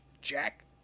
Jack